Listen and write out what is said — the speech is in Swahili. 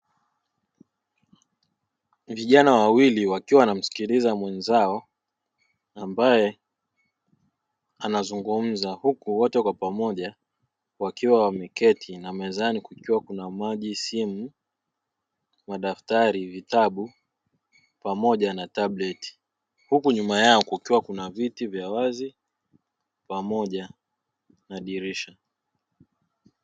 Vijana wawili wakiwa wanamsikiliza mwenzao, ambaye anazungumza, huku wote kwa pamoja wakiwa wameketi, na mezani kukiwa kuna maji, simu, madaftari, vitabu pamoja na [tableti], huku nyuma yao kukiwa kuna viti vya wazi pamoja na dirisha.